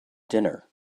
dinner